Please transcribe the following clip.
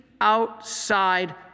outside